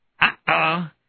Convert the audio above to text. Uh-oh